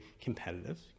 competitive